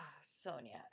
sonia